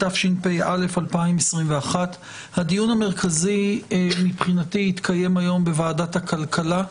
התשפ"א 2021. הדיון המרכזי מבחינתי התקיים היום בוועדת הכלכלה.